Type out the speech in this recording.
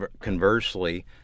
Conversely